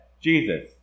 Jesus